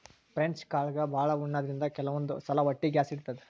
French ಕಾಳ್ಗಳ್ ಭಾಳ್ ಉಣಾದ್ರಿನ್ದ ಕೆಲವಂದ್ ಸಲಾ ಹೊಟ್ಟಿ ಗ್ಯಾಸ್ ಹಿಡಿತದ್